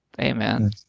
amen